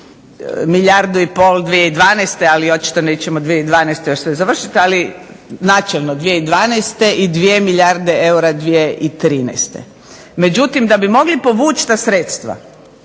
milijardu i pol 2012., ali očito nećemo 2012. sve završiti, ali načelno 2012. i 2 milijarde eura 2013. Međutim, da bi mogli povući ta sredstva